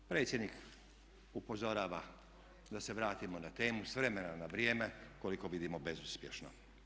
Predsjednik upozorava da se vratimo na temu s vremena na vrijeme, koliko vidimo bezuspješno.